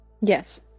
Yes